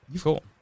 Cool